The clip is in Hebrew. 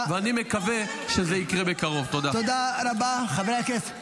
נגמר לי הזמן.